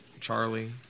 Charlie